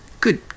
Good